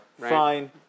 Fine